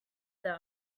them